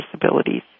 disabilities